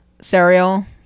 cereal